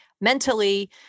mentally